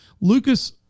Lucas